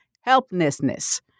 helplessness